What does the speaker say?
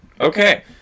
Okay